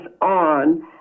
on